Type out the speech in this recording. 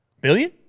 billion